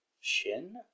Shin